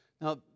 Now